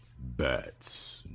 Bats